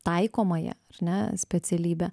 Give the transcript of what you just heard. taikomąją ar ne specialybę